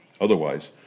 Otherwise